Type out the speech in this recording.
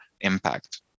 impact